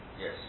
Yes